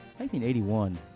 1981